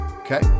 okay